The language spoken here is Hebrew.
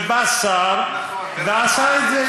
ובא שר ועשה את זה.